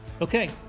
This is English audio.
Okay